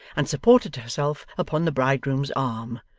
and supported herself upon the bridegroom's arm.